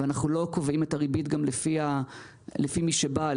ואנחנו לא קובעים את הריבית לפי מי שבא.